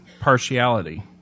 partiality